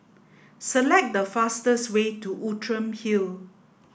select the fastest way to Outram Hill